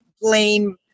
blame